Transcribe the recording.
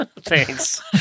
Thanks